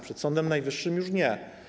Przed Sądem Najwyższym już nie.